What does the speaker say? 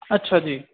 ਅੱਛਾ ਜੀ